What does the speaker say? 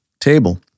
table